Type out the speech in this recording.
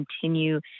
continue